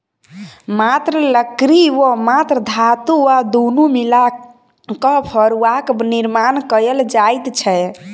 मात्र लकड़ी वा मात्र धातु वा दुनू मिला क फड़ुआक निर्माण कयल जाइत छै